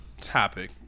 topic